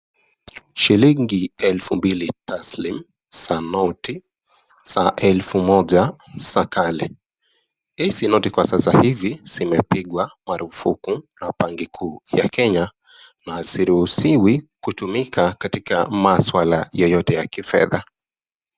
Shilingi elfu mbili taslim za noti za elfu moja za kale. Hizi noti kwa sasa hivi zimepigwa marufuku na banki kuu ya Kenya na haziruhusiwi kutumika katika masuala yoyote ya kifedha.